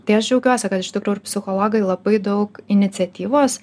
tai aš džiaugiuosi kad iš tikrųjų ir psichologai labai daug iniciatyvos